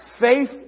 faith